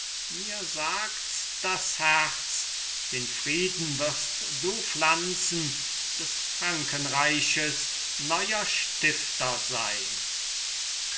mir sagts das herz den frieden wirst du pflanzen des frankenreiches neuer stifter sein